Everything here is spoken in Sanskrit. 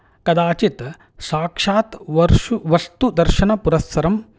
कदाचित् साक्षात् वर्षु वस्तु दर्शनपुरस्सरं